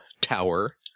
tower